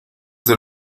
del